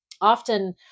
often